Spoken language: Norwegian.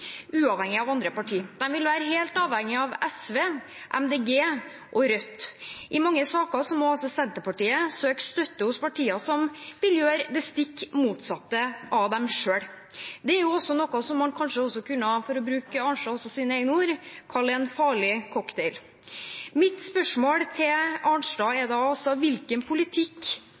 uavhengig av andre partier. De vil være helt avhengig av SV, Miljøpartiet De Grønne og Rødt. I mange saker må Senterpartiet søke støtte hos partier som vil gjøre det stikk motsatte av dem selv. Det er også noe man kanskje kunne – for å bruke representanten Arnstads egne ord – kalle en farlig cocktail. Mitt spørsmål til representanten Arnstad er da: Hvilken politikk